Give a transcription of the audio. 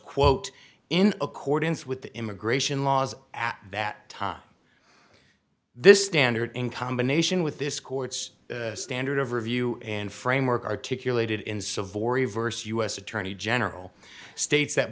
quote in accordance with the immigration laws at that time this standard in combination with this court's standard of review and framework articulated in savory verse u s attorney general states that